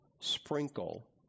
sprinkle